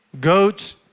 Goat